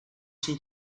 she